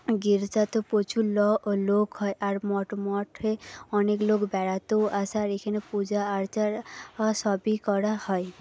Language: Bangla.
গির্জাতেও প্রচুর লোক হয় আর মঠ মঠে অনেক লোক বেড়াতেও আসে আর এখানে পূজা আর্চার সবই করা হয়